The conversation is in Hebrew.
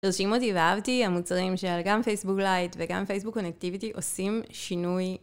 הרשימו אותי ואהבתי, המוצרים של גם פייסבוק לייט וגם פייסבוק קונקטיביטי, עושים שינוי.